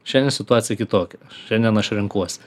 šiandien situacija kitokia šiandien aš renkuosi